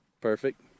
perfect